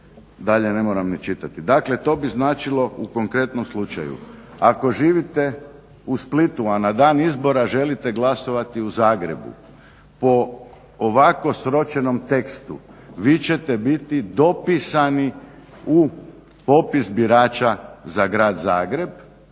Dalje ne moram ni čitati. Dakle, to bi značilo u konkretnom slučaju ako živite u Splitu a na dan izbora želite glasovati u Zagrebu, po ovako sročenom tekstu vi ćete biti dopisani u popis birača za Grad Zagreb